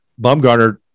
Bumgarner